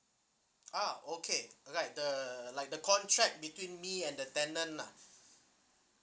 ah okay like the like the contract between me and the tenant lah